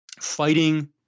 fighting